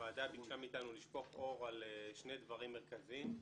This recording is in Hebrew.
הוועדה ביקשה מאיתנו לשפוך אור על שני דברים מרכזיים.